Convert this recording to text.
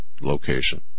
location